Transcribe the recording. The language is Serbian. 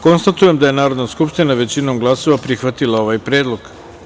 Konstatujem da je Narodna skupština, većinom glasova, prihvatila ovaj predlog.